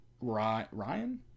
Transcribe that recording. Ryan